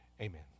Amen